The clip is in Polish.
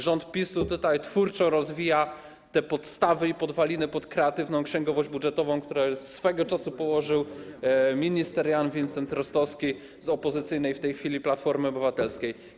Rząd PiS tutaj twórczo rozwija podstawy i podwaliny pod kreatywną księgowość budżetową, które swego czasu położył minister Jan Vincent-Rostowski z opozycyjnej w tej chwili Platformy Obywatelskiej.